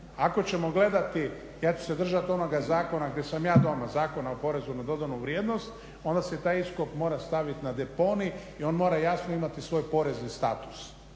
Ako ćemo gledati, ja ću se držati onog zakona gdje sam ja doma, Zakona o PDV-u onda se taj iskop mora stavit na deponij i on mora jasno imati svoj porezni status,